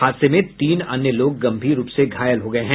हादसे में तीन अन्य लोग गंभीर रूप से घायल हुए हैं